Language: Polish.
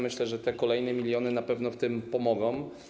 Myślę, że kolejne miliony na pewno w tym pomogą.